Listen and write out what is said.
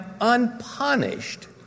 unpunished